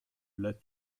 l’as